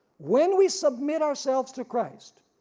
when we submit ourselves to christ,